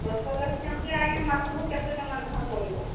ଦଶ ଲକ୍ଷ ଆଣିଲେ ଆଜ୍ଞା ମାସକୁ କେତେ ଟଙ୍କା ଲୋଖାଏଁ ପଡ଼ିବ